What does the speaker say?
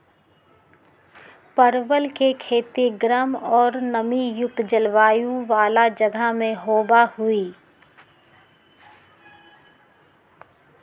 परवल के खेती गर्म और नमी युक्त जलवायु वाला जगह में होबा हई